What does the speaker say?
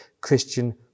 Christian